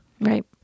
Right